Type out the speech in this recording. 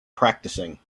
practicing